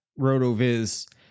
RotoViz